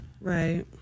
Right